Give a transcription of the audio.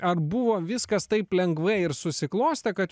ar buvo viskas taip lengvai ir susiklostė kad